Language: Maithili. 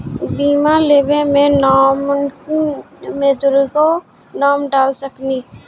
बीमा लेवे मे नॉमिनी मे दुगो नाम डाल सकनी?